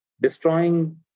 destroying